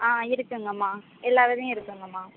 ஆ இருக்குதுங்கம்மா எல்லா விதையும் இருக்குதுங்கம்மா